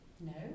No